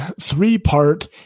three-part